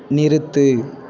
நிறுத்து